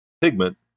pigment